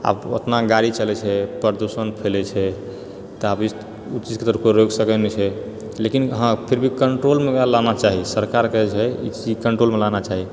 आब ओतना गाड़ी चलै छै प्रदुषण फैलै छै तऽ आब ई ओ चीज कऽ तऽ कोइ रोकि सकै नहि छै लेकिन हँ फिर भी कंट्रोलमे एकरा लाना चाही सरकारके जे छै कंट्रोलमे लाना चाही